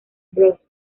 bros